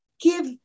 give